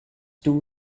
two